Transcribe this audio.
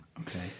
Okay